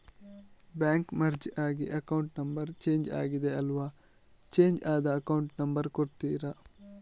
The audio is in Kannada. ಬ್ಯಾಂಕ್ ಮರ್ಜ್ ಆಗಿ ಅಕೌಂಟ್ ನಂಬರ್ ಚೇಂಜ್ ಆಗಿದೆ ಅಲ್ವಾ, ಚೇಂಜ್ ಆದ ಅಕೌಂಟ್ ನಂಬರ್ ಕೊಡ್ತೀರಾ?